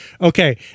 okay